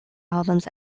albums